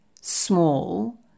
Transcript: small